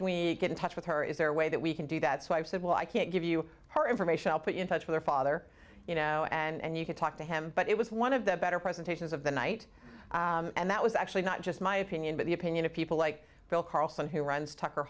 to get in touch with her is there a way that we can do that so i said well i can't give you her information i'll put you in touch with her father you know and you could talk to him but it was one of the better presentations of the night and that was actually not just my opinion but the opinion of people like bill carlson who runs tucker